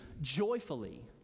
joyfully